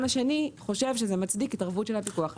השני חושב שזה מצדיק התערבות של הפיקוח.